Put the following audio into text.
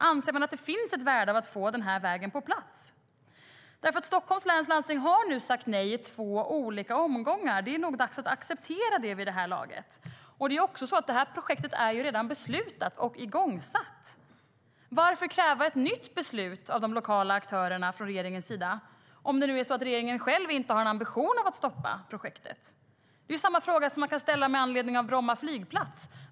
Anser man att det finns ett värde i att få den här vägen på plats? Stockholms läns landsting har nu sagt nej i två olika omgångar. Det är nog dags att acceptera det vid det här laget. Det här projektet är ju också redan beslutat och igångsatt. Varför kräva ett nytt beslut av de lokala aktörerna från regeringens sida, om det nu är så att regeringen själv inte har någon ambition att stoppa projektet? Det är samma fråga som man kan ställa med anledning av Bromma flygplats.